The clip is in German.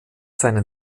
seinen